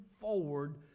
forward